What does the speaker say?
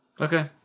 okay